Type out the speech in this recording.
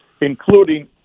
including